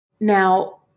Now